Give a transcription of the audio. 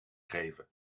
geven